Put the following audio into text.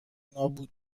نابود